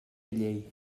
llei